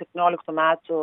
septynioliktų metų